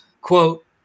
Quote